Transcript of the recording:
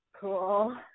Cool